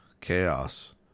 Chaos